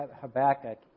Habakkuk